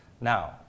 Now